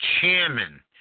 chairman